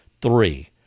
Three